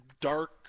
dark